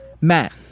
Matt